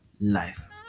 life